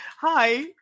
Hi